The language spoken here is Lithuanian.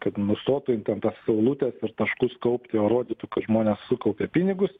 kad nustotų ji ten tas saulutes ir taškus kaupti o rodytų kad žmonės sukaupė pinigus